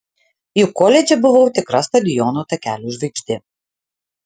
juk koledže buvau tikra stadiono takelių žvaigždė